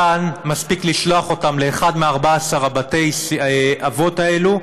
כאן מספיק לשלוח אותם לאחד מ-14 בתי-האבות האלה,